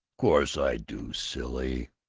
course i do, silly.